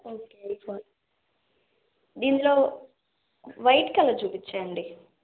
okay okay దీంట్లో white colour చూపించండి